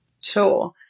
Sure